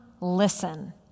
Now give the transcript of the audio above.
listen